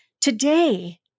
Today